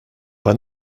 pas